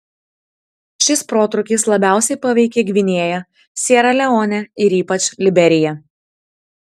šis protrūkis labiausiai paveikė gvinėją siera leonę ir ypač liberiją